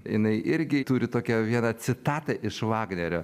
jinai irgi turi tokią vieną citatą iš vagnerio